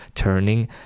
turning